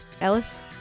Ellis